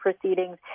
proceedings